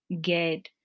get